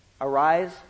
arise